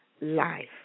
life